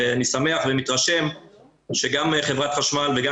ואני שמח ומתרשם שגם חברת החשמל וגם